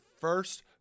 first